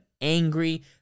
angry